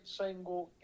single